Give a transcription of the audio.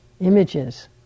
images